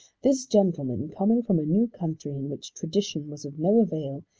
this gentleman, coming from a new country, in which tradition was of no avail,